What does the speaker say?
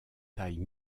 taille